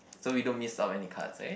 so we don't miss out any cards eh